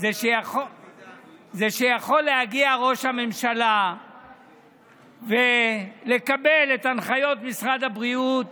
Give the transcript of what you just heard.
הן שיכול להגיע ראש הממשלה ולקבל את הנחיות משרד הבריאות